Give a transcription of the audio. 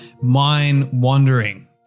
mind-wandering